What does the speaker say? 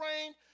rain